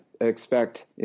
expect